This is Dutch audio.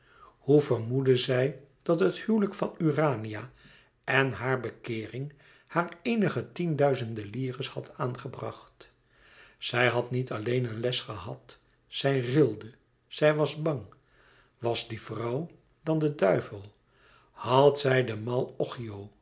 hoe vermoedde zij dat het huwelijk van urania en hare bekeering haar eenige tienduizend lire's had aangebracht zij had niet alleen een les gehad zij rilde zij was bang was die vrouw dan de duivel had zij de mal occhio